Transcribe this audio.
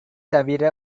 தவிர